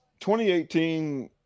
2018